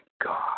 God